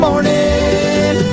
Morning